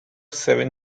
seven